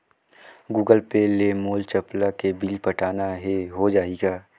Google Pay ले मोल चपला के बिल पटाना हे, हो जाही का?